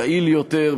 יעיל יותר,